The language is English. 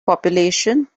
population